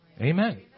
Amen